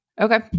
Okay